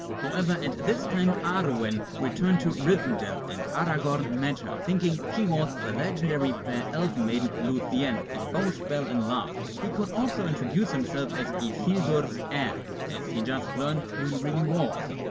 however at this time arwen returned to rivendell and aragorn met her, thinking she was the legendary fair elven maiden luthien and both fell in love. he could also introduce himself as isildur's heir as he just learned, who he really was.